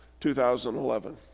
2011